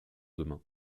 demain